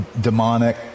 demonic